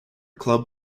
club